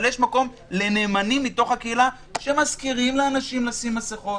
אבל יש מקום לנאמנים מתוך הקהילה שמזכירים לאנשים לשים מסכות,